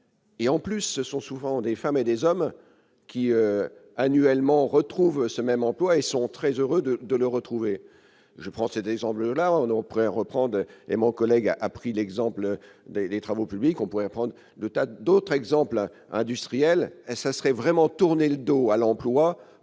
et en plus, ce sont souvent des femmes et des hommes qui, annuellement, on retrouve ce même emploi et sont très heureux de de le retrouver, je prends cette année semble là on pourrait reprendre et mon collègue a pris l'exemple des des Travaux publics, on pourrait prendre de tas d'autres exemples industriel, ça serait vraiment tourner le dos à l'emploi